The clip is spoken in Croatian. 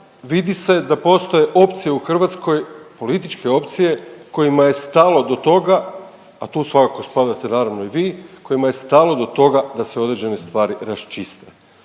Vidi se da postoje opcije u Hrvatskoj, političke opcije kojima je stalo do toga, a tu svakako spadate naravno i vi, kojima je stalo do toga da se određene stvari raščiste.